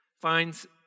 finds